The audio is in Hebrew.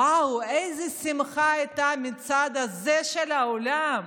וואו, איזו שמחה הייתה מהצד הזה של האולם.